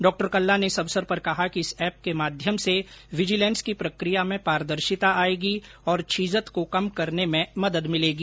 डॉ कल्ला ने इस अवसर पर कहा कि इस एप के माध्यम से विजिलेंस की प्रक्रिया में पारदर्शिता आएगी और छीजत को कम करने में मदद मिलेगी